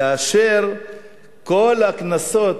רוב התקציב, כאשר כל הקנסות,